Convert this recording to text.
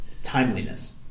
Timeliness